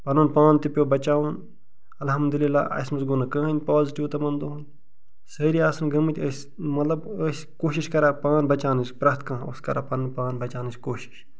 پٔنُن پان تہِ پیٚو بچاوُن الحمداللہ اسہِ منٛز گوٚو نہٕ کٕہٕنی پازِٹیوٗ تمَن دۄہن سٲری آسن گٔمٕتۍ أسۍ مطلب أسۍ کوٗشش کران پان بچاونٕچ پرٛٮ۪تھ کانہہ اوس کران پنُن پان بچاونٕچ کوٗشش